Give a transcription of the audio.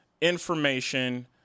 information